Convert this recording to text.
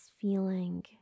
feeling